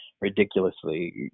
ridiculously